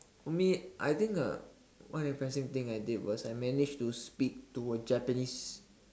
for me I think the what the impression thing I did was I manage to speak to a Japanese